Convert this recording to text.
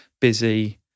busy